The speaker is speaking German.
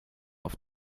auf